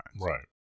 right